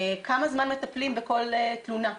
כמה זמן מטפלים בכל תלונה?